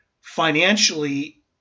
financially